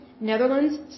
Netherlands